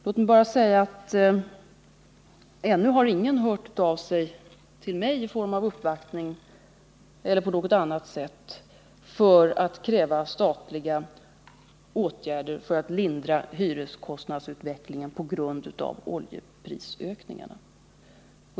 Låt mig bara säga att ännu ingen har hört av sig till mig, genom uppvaktning eller på något annat sätt, för att kräva statliga åtgärder i syfte att lindra den hyreskostnadsstegring som förorsakas av oljeprisökningarna.